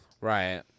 right